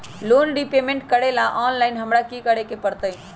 Loan repayment करेला online हमरा की करे के परतई?